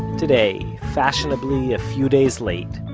today, fashionably a few days late,